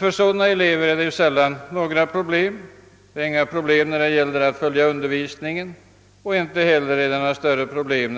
För sådana elever uppstår sällan några problem; de har inga svårigheter med att följa undervisningen, eller att